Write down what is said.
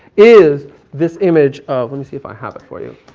is this image of, let me see if i have it for you.